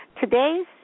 Today's